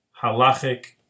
halachic